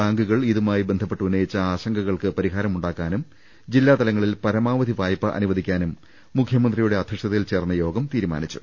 ബാങ്കുകൾ ഇതുമായി ബന്ധ പ്പെട്ട് ഉന്നയിച്ച ആശങ്കകൾക്ക് പരിഹാരമുണ്ടാക്കാനും ജില്ലാതലങ്ങളിൽ പര മാവധി വായ്പ അനുവദിക്കാനും മുഖ്യമന്ത്രിയുടെ അധ്യക്ഷതയിൽ ചേർന്ന യോഗം തീരുമാനിച്ചു